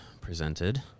presented